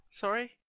Sorry